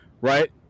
right